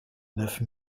neuf